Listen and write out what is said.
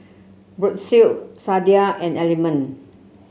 Brotzeit Sadia and Element